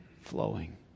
flowing